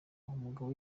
umugabo